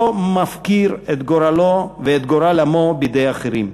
מפקיר את גורלו ואת גורל עמו בידי אחרים,